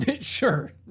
Sure